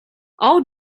all